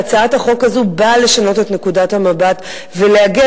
והצעת החוק הזאת באה לשנות את נקודת המבט ולהגן